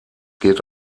geht